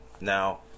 Now